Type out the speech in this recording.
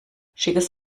schickes